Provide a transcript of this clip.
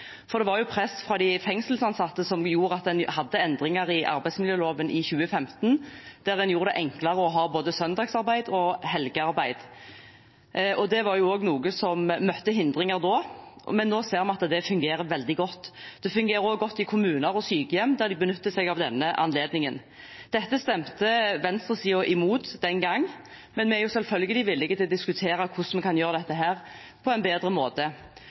som gjorde at en fikk endringer i arbeidsmiljøloven i 2015 som gjorde det enklere å ha både søndagsarbeid og helgearbeid. Det var også noe som møtte hindringer, men nå ser vi at det fungerer veldig godt. Det fungerer også godt i kommuner og på sykehjem der de benytter seg av denne anledningen. Dette stemte venstresiden imot den gangen, men vi er selvfølgelig villige til å diskutere hvordan vi kan gjøre dette på en bedre måte.